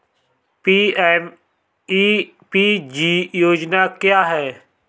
PMEPG योजना क्या है?